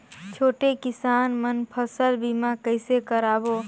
छोटे किसान मन फसल बीमा कइसे कराबो?